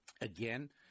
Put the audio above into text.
again